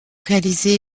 réaliser